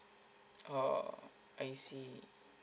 oh I see